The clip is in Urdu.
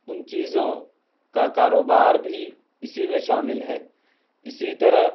ان چیزوں کا کاروبار بھی اسی میں شامل ہے اسی طرح